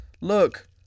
Look